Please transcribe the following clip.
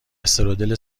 استرودل